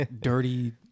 dirty